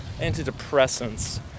antidepressants